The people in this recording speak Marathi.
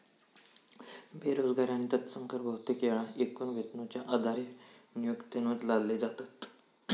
बेरोजगारी आणि तत्सम कर बहुतेक येळा एकूण वेतनाच्यो आधारे नियोक्त्यांवर लादले जातत